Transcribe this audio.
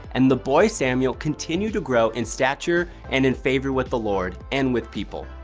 and the boy samuel continued to grow in stature and in favor with the lord and with people.